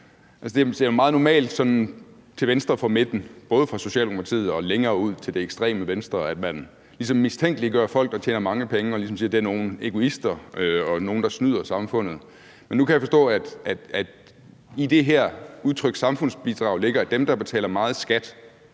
Det er jo meget normalt til venstre for midten, både for Socialdemokratiet og længere ud til det ekstreme venstre, at man ligesom mistænkeliggør folk, der tjener mange penge, og ligesom siger, at det er nogle egoister og nogle, der snyder samfundet. Men nu kan jeg forstå, at i det her udtryk samfundsbidrag ligger, at dem, der betaler meget i skat,